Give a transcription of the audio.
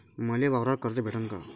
मले वावरावर कर्ज भेटन का?